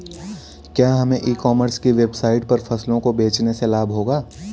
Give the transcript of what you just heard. क्या हमें e commerce की वेबसाइट पर फसलों को बेचने से लाभ होगा?